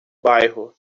bairro